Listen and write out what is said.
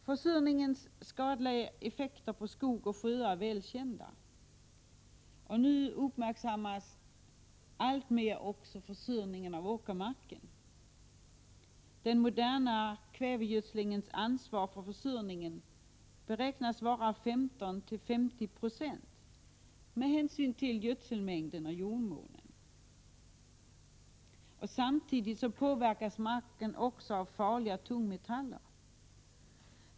Försurningens skadliga effekter på skog och sjöar är väl kända. Nu uppmärksammas emellertid allt mer också försurningen av åkermarken. Den moderna kvävegödslingens ansvar för försurningen beräknas vara 15-50 9o med hänsyn till gödselmängd och jordmån. Samtidigt påverkas marken också av farliga tungmetaller.